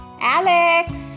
Alex